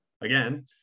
again